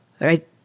right